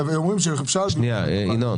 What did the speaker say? אני חושבת שהיא לא מקדמת את המטרה שלשמה אנחנו באים.